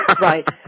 Right